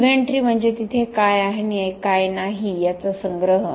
inventory म्हणजे तिथे काय आहे आणि काय नाही याचा संग्रह